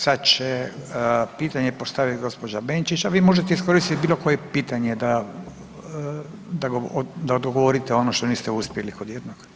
Sad će pitanje postavit gđa. Benčić, a vi možete iskoristit bilo koje pitanje da, da odgovorite ono što niste uspjeli kod jednog.